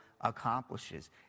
accomplishes